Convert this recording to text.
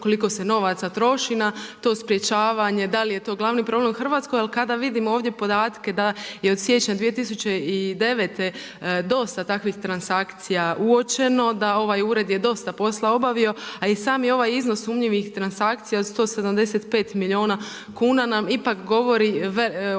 koliko se novaca troši na to sprječavanje, da li je to glavni problem u Hrvatskoj. Ali kada vidimo ovdje podatke da je od siječnja 2009. dosta takvih transakcija uočeno, da ovaj ured je dosta posla obavio, a i sami ovaj iznos sumnjivih transakcija od 175 milijuna kuna nam ipak govori o